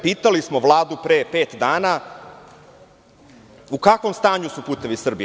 Pitali smo Vladu pre pet dana u kakvom stanju su "Putevi Srbije"